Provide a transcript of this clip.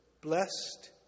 blessed